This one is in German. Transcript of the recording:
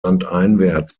landeinwärts